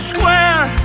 Square